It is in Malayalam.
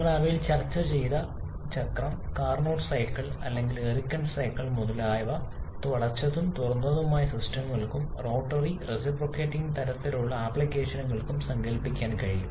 നിങ്ങൾ അവയിൽ ചർച്ച ചെയ്ത ചക്രം കാർനോട്ട് സൈക്കിൾ അല്ലെങ്കിൽ എറിക്സൺ സൈക്കിൾ മുതലായവ അടച്ചതും തുറന്നതുമായ സിസ്റ്റങ്ങൾക്കും റോട്ടറി റെസിപ്രോക്കേറ്റിംഗ് തരത്തിലുള്ള ആപ്ലിക്കേഷനുകൾക്കും സങ്കൽപ്പിക്കാൻ കഴിയും